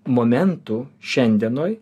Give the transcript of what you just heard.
momentų šiandienoj